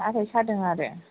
हाथाय सादों आरो